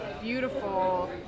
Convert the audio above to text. beautiful